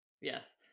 Yes